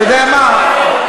זה לא החוק.